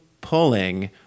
pulling